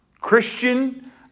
Christian